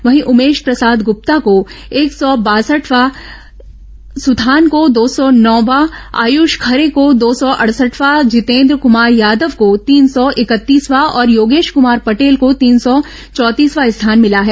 वहीं उमेश प्रसाद गुप्ता को एक सौ बासठवां सुथान को दो सौ नौवां आयुष खरे को दो सौ सड़सठवां जितेन्द्र कुमार यादव को तीन सौ इकतीसवां और योगेश कुमार पटेल को तीन सौ चौंतीसवां स्थान मिला है